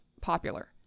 popular